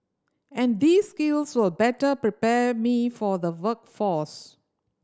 and these skills will better prepare me for the workforce